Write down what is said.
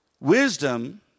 Wisdom